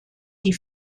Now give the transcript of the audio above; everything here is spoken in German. die